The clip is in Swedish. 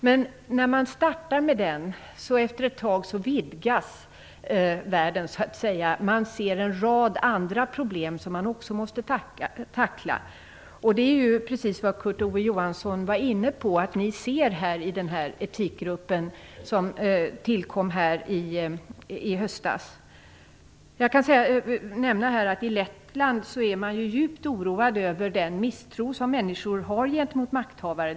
Men när man startar med den vidgas efter ett tag världen, och man ser en rad andra problem, som man också måste tackla. Det är precis vad Kurt Ove Johansson var inne på att den etikgrupp som tillkom i höstas skall se på. Jag kan nämna att man i Lettland är djupt oroad av den misstro människor har gentemot makthavare.